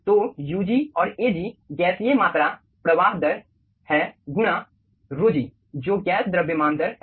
तो ug और Ag गैसीय मात्रा प्रवाह दर है गुणा ρg जो गैस द्रव्यमान दर है